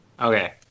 okay